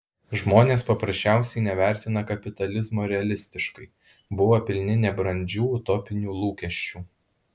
žmonės paprasčiausiai nevertino kapitalizmo realistiškai buvo pilni nebrandžių utopinių lūkesčių